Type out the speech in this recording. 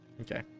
Okay